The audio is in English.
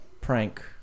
prank